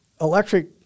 electric